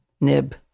nib